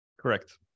Correct